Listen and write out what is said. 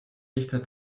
dichter